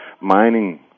Mining